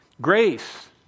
Grace